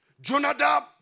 Jonadab